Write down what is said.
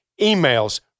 emails